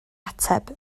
ateb